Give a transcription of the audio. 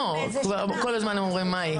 לא, כל הזמן הם אומרים מאי.